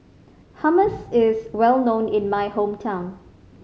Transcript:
hummus is well known in my hometown